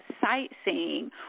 sightseeing